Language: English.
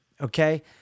okay